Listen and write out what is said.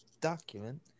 document